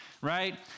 right